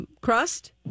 crust